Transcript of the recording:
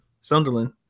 Sunderland